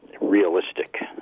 realistic